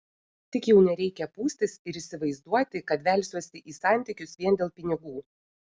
tik jau nereikia pūstis ir įsivaizduoti kad velsiuosi į santykius vien dėl pinigų